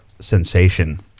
sensation